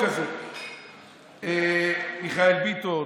מיכאל ביטון.